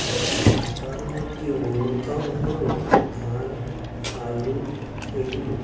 থাকি তার মধ্যে অন্যতম হলো ধান আলু এগুলো